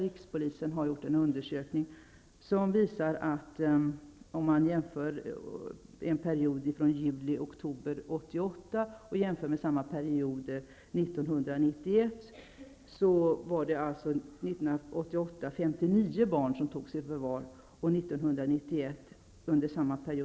Rikspolisen har gjort en undersökning som visar att det, om man jämför perioden juli-- barn som togs i förvar 1988 och 286 år 1991.